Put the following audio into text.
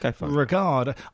regard